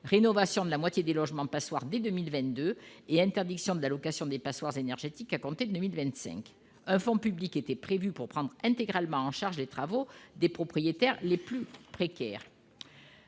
rénovation de la moitié des logements-passoires dès 2022 et interdiction de la location des passoires énergétiques à compter de 2025. Un fonds public était prévu pour prendre intégralement en charge les travaux des propriétaires les plus précaires.